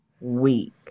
week